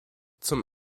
zum